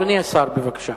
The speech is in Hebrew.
אדוני השר, בבקשה.